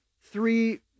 three